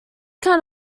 kind